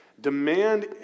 demand